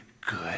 good